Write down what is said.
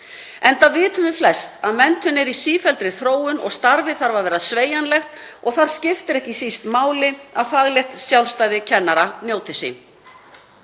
enda vitum við flest að menntun er í sífelldri þróun og starfið þarf að vera sveigjanlegt. Þar skiptir ekki síst máli að faglegt sjálfstæði kennara njóti sín.